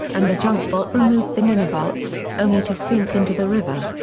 and the junk-bot removed the nanobots, only to sink into the river.